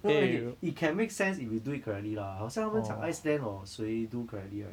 no no okay it can make sense if you do it correctly lah 好像他们讲 iceland hor 谁 do correctly right